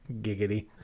Giggity